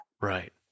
Right